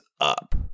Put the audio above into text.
up